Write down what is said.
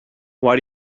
why